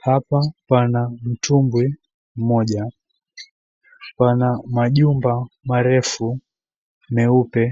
Hapa pana mtumbwi mmoja pana majumba marefu meupe.